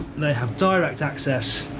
they have direct access